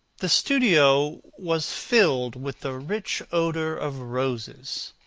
the studio was filled with the rich odour of roses,